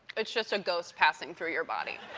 just a ghost passing through your body.